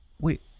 wait